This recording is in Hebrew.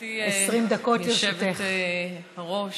גברתי היושבת-ראש,